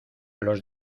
los